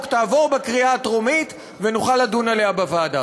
תעבור בקריאה הטרומית ונוכל לדון עליה בוועדה.